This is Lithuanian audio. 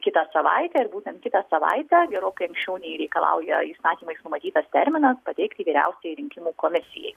kitą savaitę ir būtent kitą savaitę gerokai anksčiau nei reikalauja įstatymais numatytas terminas pateikti vyriausiajai rinkimų komisijai